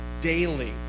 daily